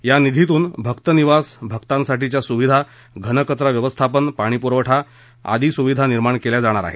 या निधीतून भक्त निवास भकांसाठीच्या सुविधा घनकचरा व्यवस्थापन पाणी पुरवठा आदी सुविधा निर्माण केल्या जाणार आहेत